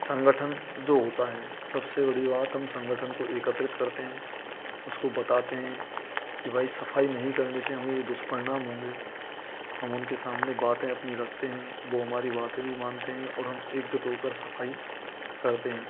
संगठन जो होता है सबसे बड़ी बात हम संगठन को एकत्रित करते हैं उसको बताते हैं कि भाई सफाई नहीं करने से हमें यह दुष्परिणाम होंगे हम उनके सामने बातें अपनी रखते हैं वह हमारी बातें भी मानते हैं और हम एक जुट होकर सफाई करते हैं